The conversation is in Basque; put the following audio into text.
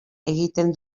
egiten